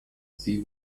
sie